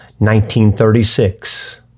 1936